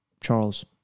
Charles